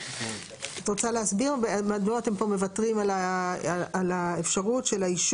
המילים "או שהוא קיבל היתר סימון בסמל תנאי ייצור